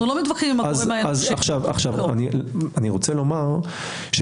לא מתווכחים עם הגורם האנושי.